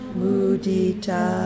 mudita